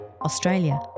Australia